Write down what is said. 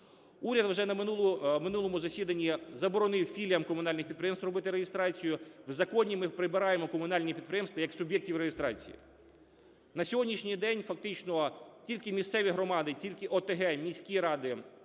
Уряд вже на минулому засіданні заборонив філіям комунальних підприємств робити реєстрацію. В законі ми прибираємо комунальні підприємства як суб'єктів реєстрації. На сьогоднішній день фактично тільки місцеві громади, тільки ОТГ, міські ради